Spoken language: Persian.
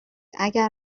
اگر